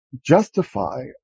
justify